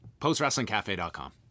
Postwrestlingcafe.com